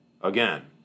again